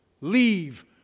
leave